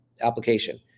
application